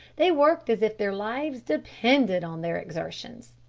they worked as if their lives depended on their exertions.